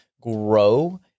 grow